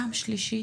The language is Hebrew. פעם שלישית,